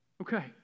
Okay